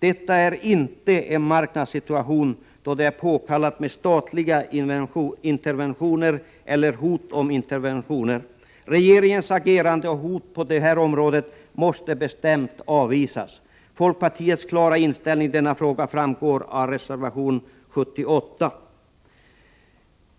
Detta är inte en marknadssituation där det är påkallat med statliga interventioner eller hot om interventioner. Regeringens agerande och klara hot på detta område måste bestämt avvisas. Folkpartiets klara inställning i denna fråga framgår av reservation 78.